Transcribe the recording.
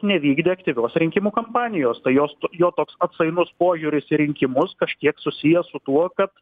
nevykdė aktyvios rinkimų kampanijos tai jos jo toks atsainus požiūris į rinkimus kažkiek susiję su tuo kad